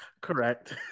correct